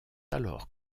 alors